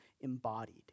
embodied